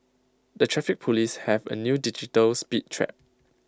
the traffic Police have A new digital speed trap